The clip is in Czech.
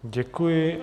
Děkuji.